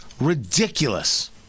ridiculous